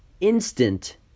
instant